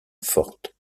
forte